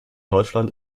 deutschland